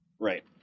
Right